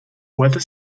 whether